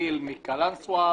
מתחיל מקלנסווה,